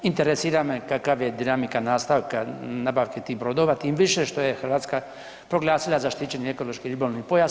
Interesira me kakva je dinamika nastavka nabavki tih brodova, tim više što je Hrvatska proglasila zaštićeni ekološki ribolovni pojas.